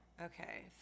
Okay